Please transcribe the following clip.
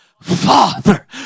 Father